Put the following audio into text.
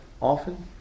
often